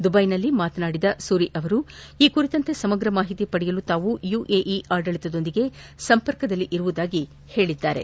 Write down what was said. ದುಬೈನಲ್ಲಿ ಮಾತನಾಡಿದ ನವದೀಪ ಸೂರಿ ಅವರು ಈ ಕುರಿತಂತೆ ಸಮಗ್ರ ಮಾಹಿತಿ ಪಡೆಯಲು ತಾವು ಯುಎಇ ಆಡಳಿತದೊಂದಿಗೆ ಸಂಪರ್ಕದಲ್ಲಿರುವುದಾಗಿ ಹೇಳಿದ್ದಾರೆ